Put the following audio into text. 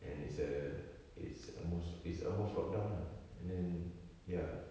and it's a it's almost is almost lockdown ah and then ya